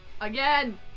Again